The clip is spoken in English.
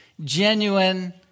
genuine